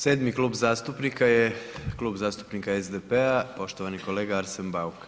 Sedmi klub zastupnika je Klub zastupnika SDP-a, poštovani kolega Arsen Bauk.